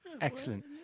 Excellent